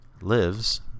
lives